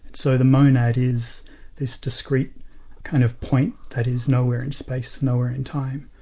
so the monad is this discrete kind of point that is nowhere in space, nowhere in time,